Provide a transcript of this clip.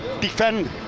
Defend